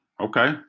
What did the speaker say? okay